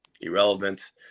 irrelevant